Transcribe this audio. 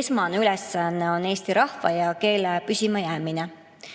esmane ülesanne on eesti rahva ja keele püsimajäämine